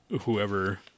whoever